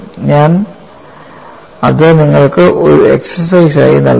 ഞാൻ അത് നിങ്ങൾക്ക് ഒരു എക്സസൈസ് ആയി നൽകുന്നു